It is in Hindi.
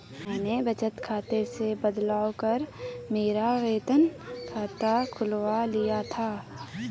मैंने बचत खाते से बदलवा कर मेरा वेतन खाता खुलवा लिया था